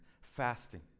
Fasting